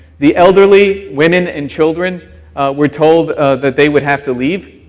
the elderly women and children were told that they would have to leave,